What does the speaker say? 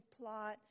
plot –